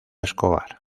escobar